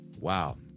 Wow